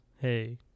hey